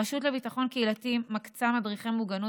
הרשות לביטחון קהילתי מקצה מדריכי מוגנות